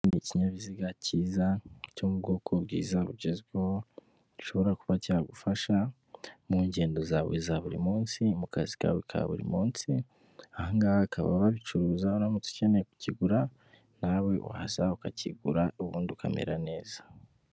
Ikinyabiziga cyiza, cyo mu bwoko bwiza bugezweho, gishobora kuba cyagufasha mu ngendo zawe za buri munsi, mu kazi kawe ka buri munsi. Ahangaha bakaba babicuruza, uramutse ukeneye kukigura nawe wahaza ukakigura ubundi ukamera neza.